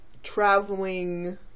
Traveling